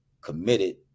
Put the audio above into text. committed